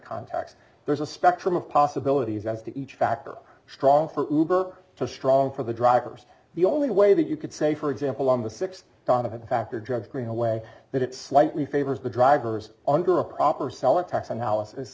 context there's a spectrum of possibilities as to each factor strong for her to strong for the drivers the only way that you could say for example on the six donovan factor drug greenaway that it's slightly favors the drivers under a proper